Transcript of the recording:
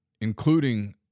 including